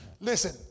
Listen